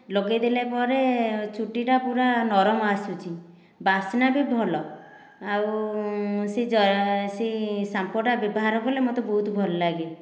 ଲଗେଇ ଦେଲାପରେ ଚୁଟିଟା ପୁରା ନରମ ଆସୁଛି ବାସନା ବି ଭଲ ଆଉ ସେ ସେହି ସମ୍ପୋଟା ବ୍ୟବହାର କଲେ ମୋତେ ବହୁତ ଭଲଲାଗେ